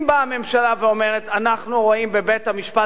אם באה הממשלה ואומרת: אנחנו רואים בבית-המשפט